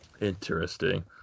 Interesting